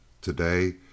Today